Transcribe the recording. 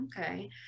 Okay